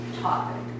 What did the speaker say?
topic